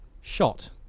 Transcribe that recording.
shot